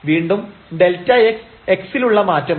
വീണ്ടും Δx x ലുള്ള മാറ്റമാണ്